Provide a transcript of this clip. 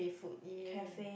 cafe